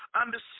Understand